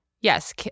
Yes